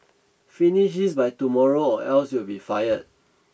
finish this by tomorrow or else you'll be fired